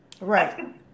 Right